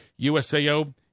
USAO